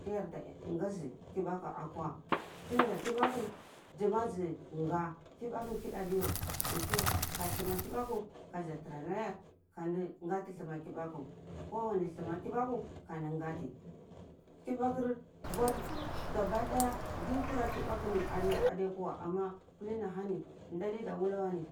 Ti yar ta ngazi kibaku akwa tunda kibaku zama zi nga kibaku kidu adewa anti ka thuma kibaku kazi tara ana yar kandi gati thuma kibaku kowan thuma kibaku kandi gati kibakur mwar yar gabadaya di kura kibaku ni adi adiweh akwa ama ahani nadi da wul weh